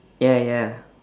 ya ya